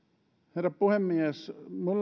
herra puhemies